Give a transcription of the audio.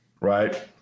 Right